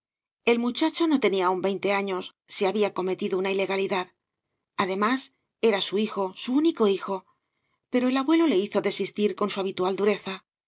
el muchacho no tenía aún veinte años se había cometido una ilegalidad además era su hijo su único hijo pero el abuelo le hizo desistir con su habitual dureza